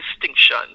distinction